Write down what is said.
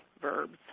verbs